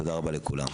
תודה רבה לכולם.